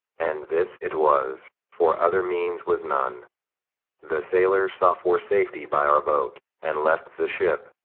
and this it was, for other means was none the sailors sought for safety by our boat, and left the ship,